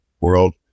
world